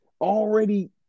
already